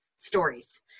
stories